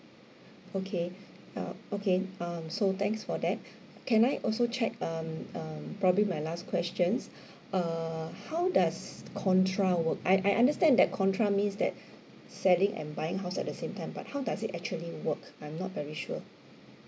okay uh okay um so thanks for that can I also check um um probably my last question err how does contra work I I understand that contra means that selling and buying house at the same time but how does it actually work I'm not very sure